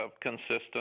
consistent